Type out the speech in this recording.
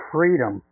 Freedom